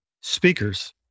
speakers